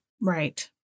Right